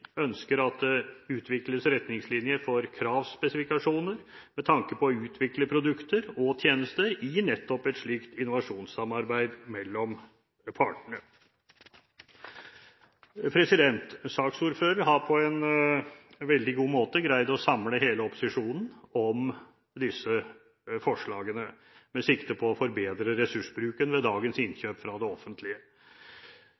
ønsker at det utvikles retningslinjer for kravspesifikasjoner med tanke på å utvikle produkter og tjenester i nettopp et slikt innovasjonssamarbeid mellom partene. Saksordføreren har på en veldig god måte greid å samle hele opposisjonen om disse forslagene med sikte på å forbedre dagens ressursbruk ved